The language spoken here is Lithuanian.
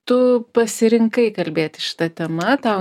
tu pasirinkai kalbėti šita tema tau